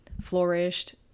flourished